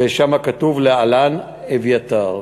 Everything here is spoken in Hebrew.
ושם כתוב: "לע"נ אביתר".